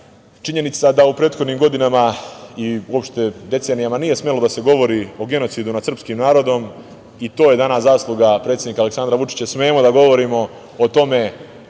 genocida. Činjenica da u prethodnim godinama i uopšte decenijama nije smelo da se govori o genocidu nad srpskim narodom – i to je danas zasluga predsednika Aleksandra Vučića. Smemo da govorimo o tome